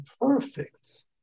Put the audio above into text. perfect